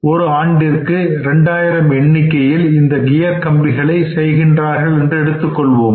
ஒரு ஆண்டிற்கு 2000 எண்ணிக்கையில் இந்த கியர் கம்பிகளை செய்கின்றார்கள் என்று எடுத்துக்கொள்வோம்